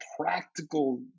practical